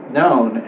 known